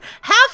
half